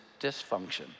dysfunction